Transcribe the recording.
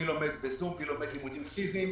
מי לומד בזום ומי לומד לימודים פיזיים